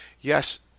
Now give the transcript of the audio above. yes